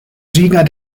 sieger